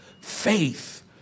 faith